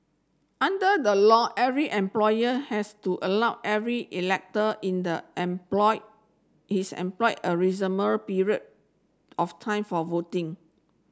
under the law every employer has to allow every elector in the employ his employ a period of time for voting